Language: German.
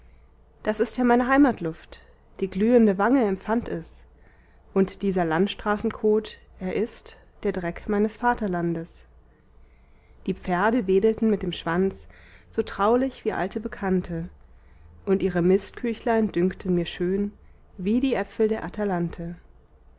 das ist ja meine heimatluft die glühende wange empfand es und dieser landstraßenkot er ist der dreck meines vaterlandes die pferde wedelten mit dem schwanz so traulich wie alte bekannte und ihre mistküchlein dünkten mir schön wie die äpfel der atalante